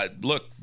look